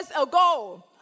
ago